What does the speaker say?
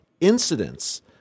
incidents